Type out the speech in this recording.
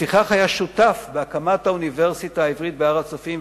לפיכך היה שותף בהקמת האוניברסיטה העברית בהר-הצופים,